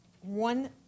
one